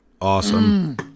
awesome